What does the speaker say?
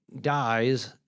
dies